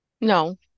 No